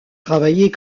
travaillait